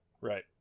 right